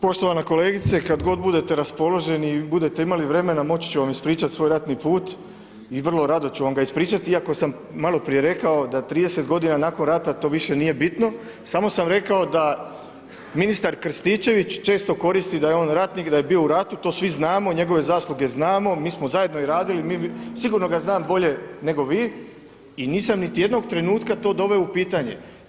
Poštovana kolegice, kad god budete raspoloženi i budete imali vremena, moći ću vam ispričati svoj ratni put i vrlo rado ću vam ga ispričati iako sam maloprije rekao da 30 godina nakon rata to više nije bitno, samo sam rekao da ministar Krstičević često koristi da je on ratnik, da je bio u ratu, to svi znamo, njegove zasluge znamo, mi smo zajedno i radili, sigurno ga znam bolje nego vi i nisam niti jednog trenutka to doveo u pitanje.